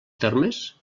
termes